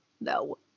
No